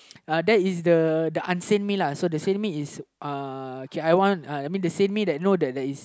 uh that is the the insane me lah so the sane me is uh okay I want uh I mean the sane me that you know that that is